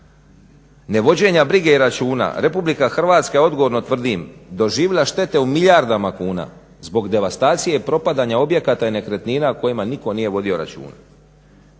ne vođenja brige i računa RH ja odgovorno tvrdim doživjela štete u milijardama kuna zbog devastacije i propadanja objekata i nekretnina o kojima nitko nije vodio računa.